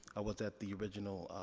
i was at the original,